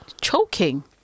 Choking